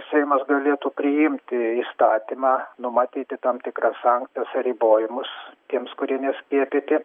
seimas galėtų priimti įstatymą numatyti tam tikras sankcijas ribojimus tiems kurie neskiepyti